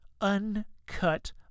uncut